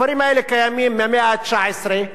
הכפרים האלה קיימים מהמאה ה-19,